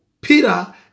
Peter